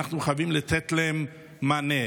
ואנחנו חייבים לתת להן מענה.